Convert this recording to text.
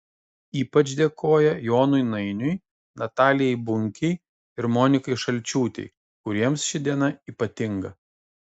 ypač dėkoja jonui nainiui natalijai bunkei ir monikai šalčiūtei kuriems ši diena ypatinga